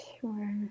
sure